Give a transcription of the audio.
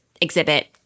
exhibit